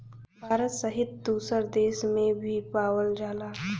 भारत सहित दुसर देस में भी पावल जाला